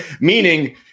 meaning